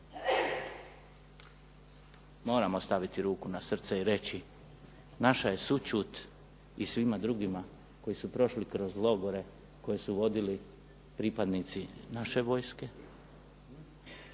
moramo staviti ruku na srce i reći naša je sućut i svima drugima koji su prošli kroz logore koje su vodili pripadnici naše vojske,